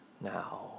Now